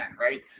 right